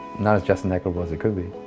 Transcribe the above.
not as just and equitable as it could be.